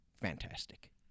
fantastic